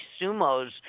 sumos